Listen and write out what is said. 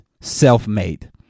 self-made